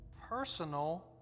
personal